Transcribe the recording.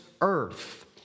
earth